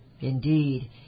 Indeed